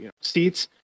seats